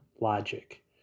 logic